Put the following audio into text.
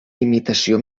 imitació